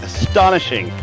Astonishing